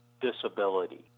disability